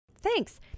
Thanks